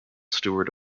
steward